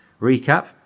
recap